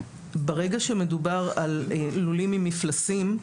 ברגע שמדובר על לולים עם מפלסים,